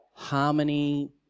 harmony